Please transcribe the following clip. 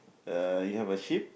uh you have a ship